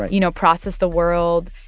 ah you know, process the world.